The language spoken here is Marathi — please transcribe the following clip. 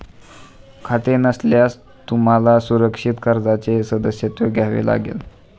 खाते नसल्यास तुम्हाला सुरक्षित कर्जाचे सदस्यत्व घ्यावे लागेल